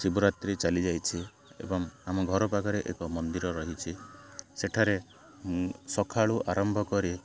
ଶିବରାତ୍ରି ଚାଲିଯାଇଛି ଏବଂ ଆମ ଘର ପାଖରେ ଏକ ମନ୍ଦିର ରହିଛି ସେଠାରେ ସଖାଳୁ ଆରମ୍ଭ କରି